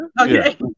okay